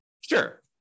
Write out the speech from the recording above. Sure